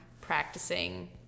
practicing